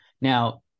Now